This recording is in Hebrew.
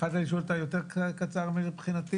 יכולת לשאול אותה יותר קצר מבחינתי.